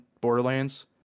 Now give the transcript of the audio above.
Borderlands